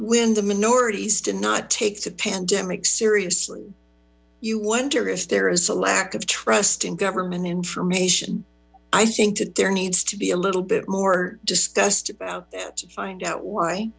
when the minorities did not take the pandemic serious you wonder if there is a lack of trust in government information i think that there needs to be a little bit more discussed about that to find out why